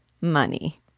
money